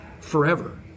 forever